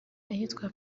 ahitwa